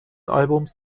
albums